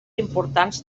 importants